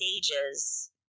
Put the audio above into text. stages